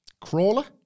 crawler